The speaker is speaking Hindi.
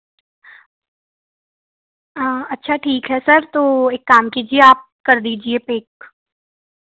अच्छा ठीक है सर तो एक कम कीजिए आप कर दीजिए पैक